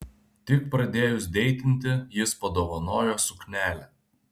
tik pradėjus deitinti jis padovanojo suknelę